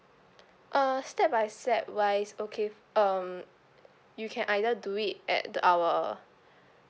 uh step by step wise okay um you can either do it at the our